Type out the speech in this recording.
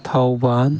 Thoubal